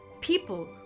People